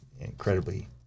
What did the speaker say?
incredibly